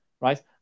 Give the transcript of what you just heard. right